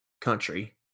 country